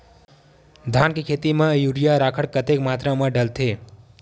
धान के खेती म यूरिया राखर कतेक मात्रा म डलथे?